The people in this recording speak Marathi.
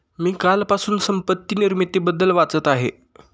मी कालपासून संपत्ती निर्मितीबद्दल वाचत आहे